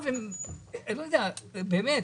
באמת,